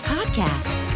Podcast